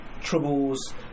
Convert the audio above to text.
troubles